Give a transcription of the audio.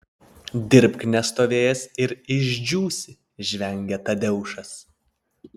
dirbk nestovėjęs ir išdžiūsi žvengia tadeušas